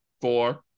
four